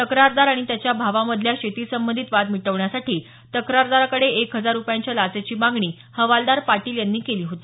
तक्रारदार आणि त्याच्या भावामधला शेतीसंबंधित वाद मिटवण्यासाठी तक्रारदाराकडं एक हजार रुपयांच्या लाचेची मागणी हवालदार पाटील यानं केली होती